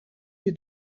you